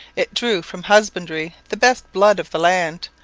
it drew from husbandry the best blood of the land,